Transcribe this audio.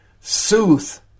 Sooth